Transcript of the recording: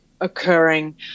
occurring